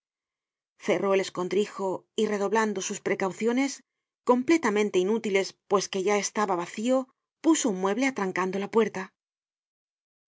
cerró el escondrijo y redoblando sus precauciones completamente inútiles pues que ya estaba vacío puso un mueble atrancando la puerta